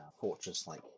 fortress-like